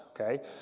Okay